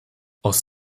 aus